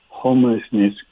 homelessness